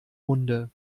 munde